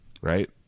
right